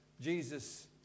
Jesus